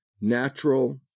natural